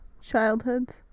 childhoods